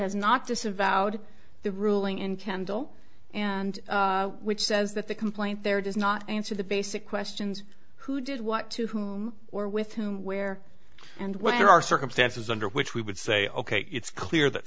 has not disavowed the ruling in kendall and which says that the complaint there does not answer the basic questions who did what to who or with whom where and when there are circumstances under which we would say ok it's clear that